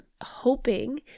hoping